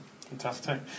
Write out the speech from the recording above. Fantastic